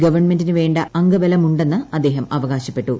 ഗവൺമെന്റിനുവേണ്ട അംഗബലം ഉണ്ടെന്ന് അദ്ദേഹം അവകാശപ്പെട്ടു